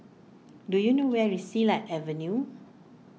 do you know where is Silat Avenue